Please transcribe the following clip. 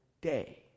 day